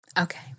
Okay